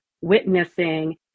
witnessing